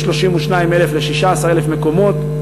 מ-32,000 ל-16,000 מקומות,